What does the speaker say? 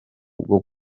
bwo